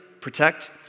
protect